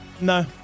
No